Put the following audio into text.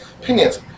opinions